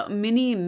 mini